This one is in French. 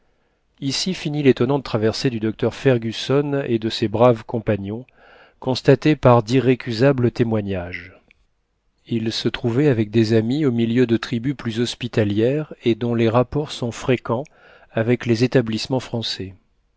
ici finit létonnante traversée du docteur fergusson et de ses braves compagnons constatée par d'irrécusables témoignages ils se trouvaient avec des amis au milieu de tribus plus hospitalières et dont les rapports sont fréquents avec les établissements français